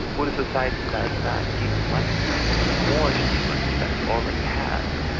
would a society like that give money even more influence than it already has?